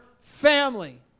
family